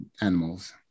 animals